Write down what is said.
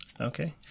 Okay